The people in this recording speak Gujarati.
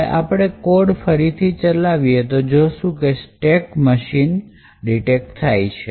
હવે આપણે કોડ ફરીથી ચલાવીએ તો આપણે જોઇશું કે સ્ટેક મશીન ડિટેક્ટ થાય છે